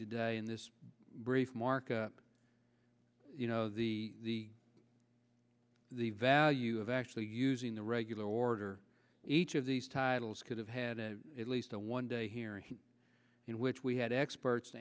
today in this brief markup you know the the value of actually using the regular order each of these titles could have had a at least a one day hearing in which we had experts